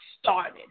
started